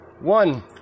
One